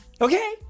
Okay